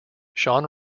sean